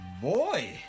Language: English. Boy